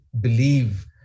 believe